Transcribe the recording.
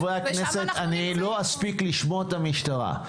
אני לא אספיק לשמוע את המשטרה,